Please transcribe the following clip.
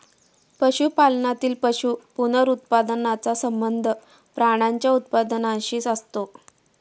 पशुपालनातील पशु पुनरुत्पादनाचा संबंध प्राण्यांच्या उत्पादनाशी असतो